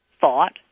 thought